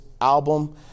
album